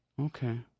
Okay